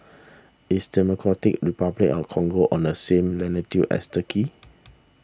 is Democratic Republic on Congo on the same latitude as Turkey